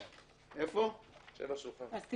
יש לנו